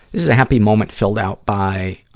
this is happy moment filled out by,